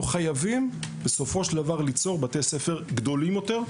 אנחנו חייבים בסופו של דבר ליצור בתי ספר גדולים יותר.